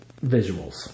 visuals